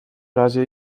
razie